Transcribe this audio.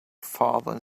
father